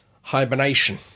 hibernation